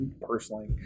personally